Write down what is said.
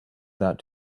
that